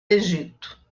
egito